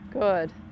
Good